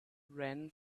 ran